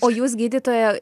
o jūs gydytoja